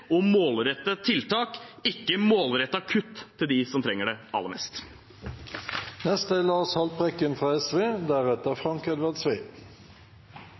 og målrettede tiltak, ikke målrettede kutt til dem som trenger det aller mest. Nok en gang fikk SV